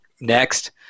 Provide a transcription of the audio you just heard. next